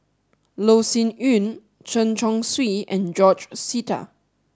Loh Sin Yun Chen Chong Swee and George Sita